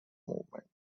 movement